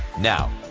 Now